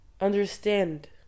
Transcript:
understand